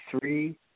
three